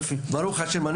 ברוך השם.